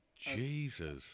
Jesus